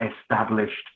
established